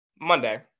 Monday